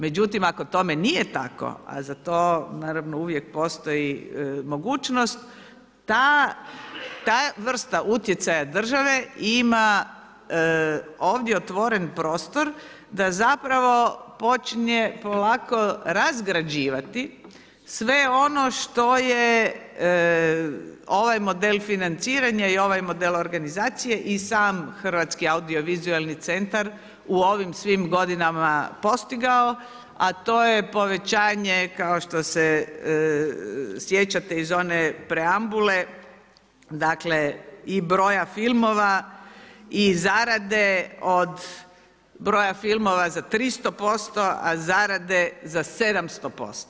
Međutim, ako tome nije tako a zato naravno uvijek postoji mogućnost, ta vrsta utjecaja države ima ovdje otvoren prostor da zapravo počinje polako razgrađivati sve ono što je ovaj model financiranja i ovaj model organizacije i sam Hrvatski audio-vizualni centar u ovim svim godinama postigao a to je povećanje kao što se sjećate iz one preambule, dakle, i broja filmova i zarade od broja filmova za 300% a zarade za 700%